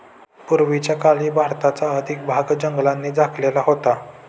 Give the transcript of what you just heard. पूर्वीच्या काळी भारताचा अधिक भाग जंगलांनी झाकलेला होता